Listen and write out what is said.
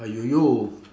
!aiyoyo!